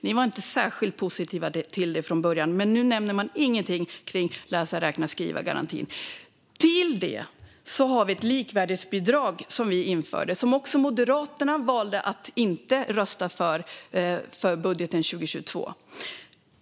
Ni var inte särskilt positiva till det från början, men nu nämner ni ingenting kring läsa-räkna-skriva-garantin. Till detta har vi infört ett likvärdighetsbidrag, något som Moderaterna också valde att inte rösta för i budgeten för 2022.